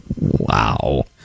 Wow